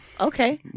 Okay